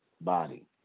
body